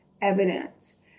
evidence